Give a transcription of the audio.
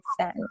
send